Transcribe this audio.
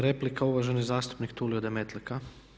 Replika, uvaženi zastupnik Tulio Demetlika.